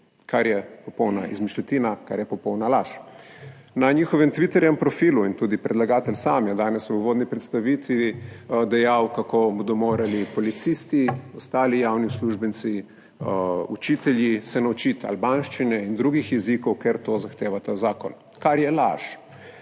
kar je popolna izmišljotina, kar je popolna laž. Na njihovem Twitter profilu in tudi predlagatelj sam je danes v uvodni predstavitvi dejal, kako se bodo morali policisti, ostali javni uslužbenci, učitelji naučiti albanščine in drugih jezikov, ker to zahteva ta zakon, kar je laž